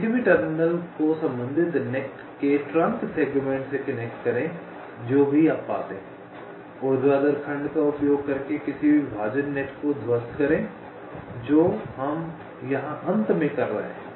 किसी भी टर्मिनल को संबंधित नेट के ट्रंक सेगमेंट से कनेक्ट करें जो भी आप पाते हैं ऊर्ध्वाधर खंड का उपयोग करके किसी भी विभाजन नेट को ध्वस्त करें जो हम यहां अंत में कर रहे हैं